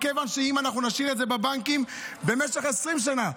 מכיוון שאם נשאיר את זה בבנקים במשך 20 שנה,